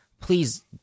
please